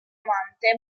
amante